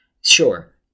sure